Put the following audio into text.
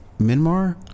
Myanmar